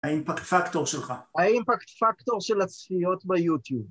האימפקט פקטור שלך האימפקט פקטור של הצביעות ביוטיוב